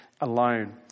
alone